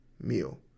meal